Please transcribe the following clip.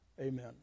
Amen